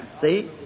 See